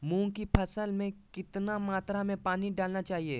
मूंग की फसल में कितना मात्रा में पानी डालना चाहिए?